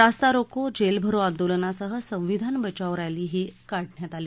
रास्ता रोको जेलभरो आंदोलनासह संविधान बचाओ रॅली ही काढण्यात आली